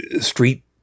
street